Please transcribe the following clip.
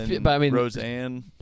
Roseanne